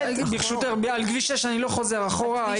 ברשותך, מעל גיל שש, אני לא חוזר אחורה.